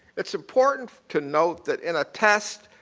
it's important to note that in a test,